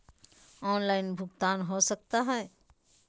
Online भुगतान हो सकता है?